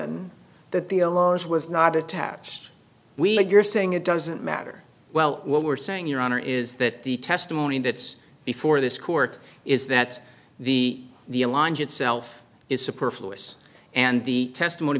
agree that that was not attached we are saying it doesn't matter well what we're saying your honor is that the testimony that's before this court is that the the aligns itself is superfluous and the testimony